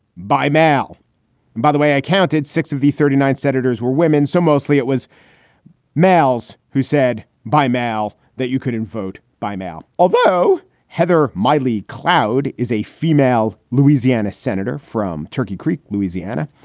by mail. and by the way, i counted six of the thirty nine senators were women. so mostly it was males who said by mail that you couldn't vote by mail. although heather mylie cloud is a female louisiana senator from turkey creek, louisiana.